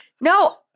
No